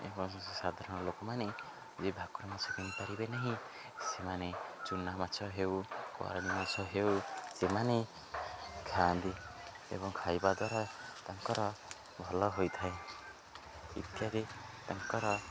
ଏବଂ ସାଧାରଣ ଲୋକମାନେ ଯେ ଭାକୁର ମାଛ କିଣିପାରିବେ ନାହିଁ ସେମାନେ ଚୁନା ମାଛ ହେଉ ମାଛ ହେଉ ସେମାନେ ଖାଆନ୍ତି ଏବଂ ଖାଇବା ଦ୍ୱାରା ତାଙ୍କର ଭଲ ହୋଇଥାଏ ଇତ୍ୟାଦି ତାଙ୍କର